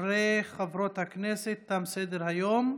חברי וחברות הכנסת, תם סדר-היום.